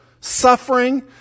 suffering